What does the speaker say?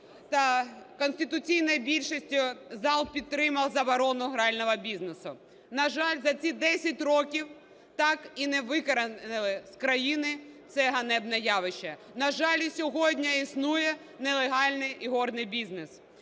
та конституційною більшістю зал підтримав заборону грального бізнесу. На жаль, за ці десять років так і не викоренили з країни це ганебне явище. На жаль, і сьогодні існує нелегальний ігорний бізнес.